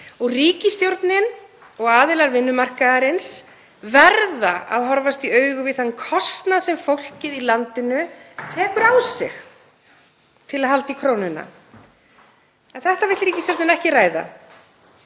og ríkisstjórnin og aðilar vinnumarkaðarins verða að horfast í augu við þann kostnað sem fólkið í landinu tekur á sig til að halda í krónuna. En þetta vill ríkisstjórnin ekki ræða,